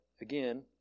again